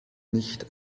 nicht